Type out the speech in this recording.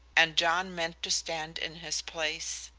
and john meant to stand in his place.